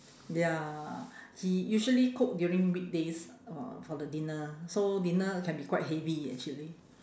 ya he usually cook during weekdays uh for the dinner so dinner can be quite heavy actually